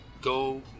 go